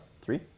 Three